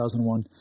2001